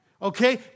okay